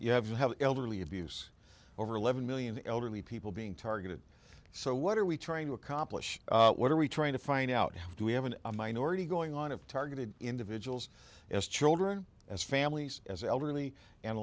you have you have elderly abuse over eleven million elderly people being targeted so what are we trying to accomplish what are we trying to find out how do we have an a minority going on of targeted individuals as children as families as elderly and